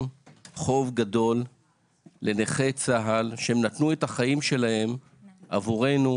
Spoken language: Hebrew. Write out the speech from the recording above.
חוב גדול לנכי צה"ל שהם נתנו את החיים שלהם עבורנו,